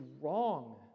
wrong